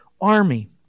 army